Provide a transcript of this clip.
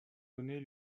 données